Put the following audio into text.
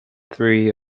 three